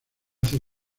hace